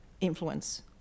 influence